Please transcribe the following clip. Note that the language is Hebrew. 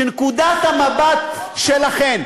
שנקודת המבט שלכם,